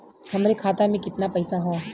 हमरे खाता में कितना पईसा हौ?